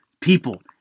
People